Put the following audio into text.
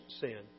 sin